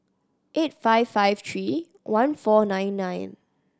eight five five three one four nine nine